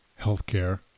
Healthcare